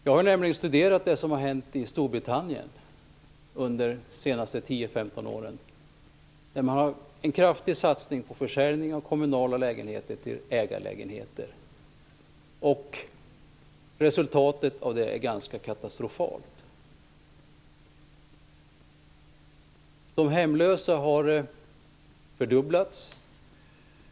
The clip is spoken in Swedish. Jag har studerat det som hänt i Storbritannien under de senaste 10-15 åren. Där har det varit en kraftig satsning på försäljning av kommunala lägenheter som omvandlats till ägarlägenheter. Resultatet är ganska katastrofalt. Antalet hemlösa har fördubblats.